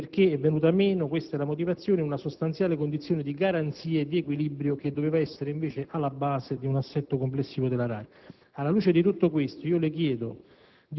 perché è venuta meno - questa è la motivazione - una sostanziale condizione di garanzia e di equilibrio, che doveva invece essere alla base di un assetto complessivo della RAI. Alla luce di tutto questo le chiedo